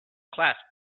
class